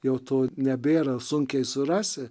jau to nebėra sunkiai surasi